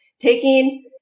taking